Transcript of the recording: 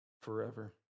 forever